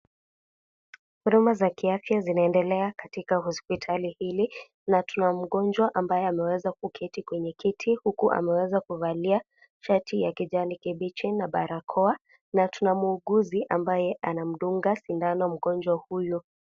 Huduma za kiafya zinaendelea katika hospitali hili na tuna mgonjwa ambaye ameweza kuketi kwenye kiti, huku ameweza kuvalia shati ya kijani kibichi na barakoa na tuna muuguzi ambaye anamdunga sindano mgonjwa huyu.